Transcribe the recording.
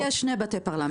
יש שני בתי פרלמנט.